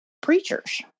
preachers